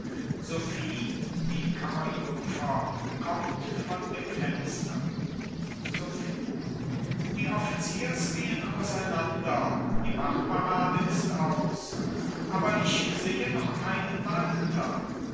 sophie die kammerjungfer kommt von dem fenster sophie die officiers gehen auseinander die wachtparade ist aus aber ich sehe noch keinen walter